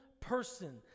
person